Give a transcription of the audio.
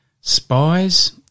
Spies